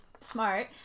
smart